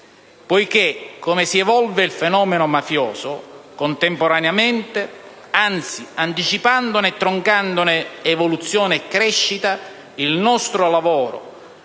poiché, così come si evolve il fenomeno mafioso, contemporaneamente, anzi anticipandone e troncandone evoluzione e crescita, il nostro lavoro